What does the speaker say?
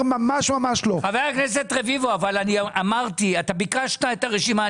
חבר הכנסת רביבו, אתה ביקשת את הרשימה.